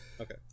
Okay